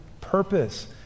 purpose